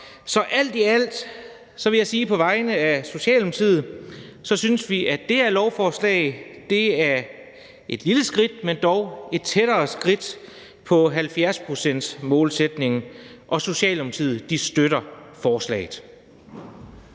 Så alt i alt vil jeg sige på vegne af Socialdemokratiet, at vi synes, at det her lovforslag er et lille skridt, men dog et skridt tættere på 70-procentsmålsætningen, og Socialdemokratiet støtter forslaget.